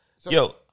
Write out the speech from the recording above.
Yo